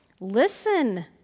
listen